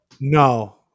No